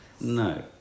No